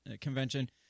convention